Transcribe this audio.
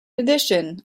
addition